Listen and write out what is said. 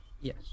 Yes